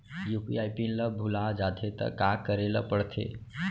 UPI PIN ल भुला जाथे त का करे ल पढ़थे?